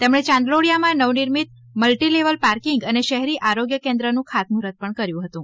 તેમણે ચાંદલોડિયામાં નવનિર્મિત મલ્ટિલેવલ પાર્કિંગ અને શહેરી આરોગ્ય કેન્દ્રનું ખાતમુહર્ત પણ કર્યું હતું